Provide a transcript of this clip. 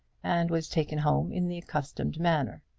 and was taken home in the accustomed manner.